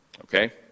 Okay